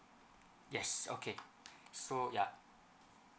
yes okay so yeah